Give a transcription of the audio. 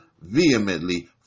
vehemently